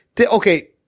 Okay